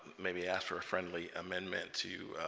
may be asked for a friendly amendment to